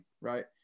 right